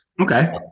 okay